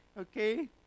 okay